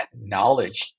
knowledge